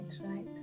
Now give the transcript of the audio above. right